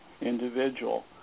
individual